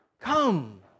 Come